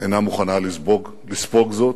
אינה מוכנה לספוג זאת.